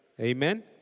Amen